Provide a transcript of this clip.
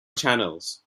channels